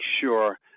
sure